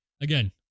Again